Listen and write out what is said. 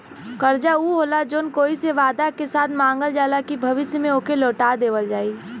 कर्जा ऊ होला जौन कोई से वादा के साथ मांगल जाला कि भविष्य में ओके लौटा देवल जाई